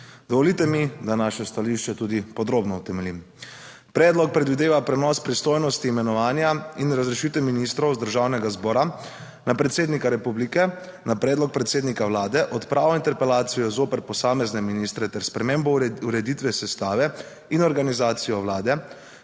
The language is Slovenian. Dovolite mi, da naše stališče tudi podrobno utemeljim. Predlog predvideva prenos pristojnosti imenovanja in razrešitve ministrov iz Državnega zbora na predsednika republike na predlog predsednika vlade odpravo interpelacije zoper posamezne ministre ter spremembo ureditve sestave in organizacijo vlade,